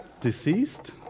Deceased